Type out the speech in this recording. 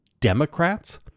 Democrats